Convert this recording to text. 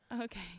Okay